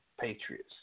Patriots